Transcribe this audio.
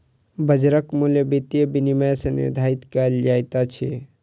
बाजारक मूल्य वित्तीय विनियम सॅ निर्धारित कयल जाइत अछि